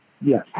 Yes